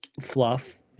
fluff